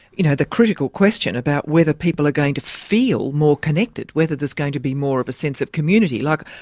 you know, the critical question about whether people are going to feel more connected, whether there's going to be more of a sense of community. like,